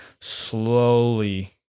slowly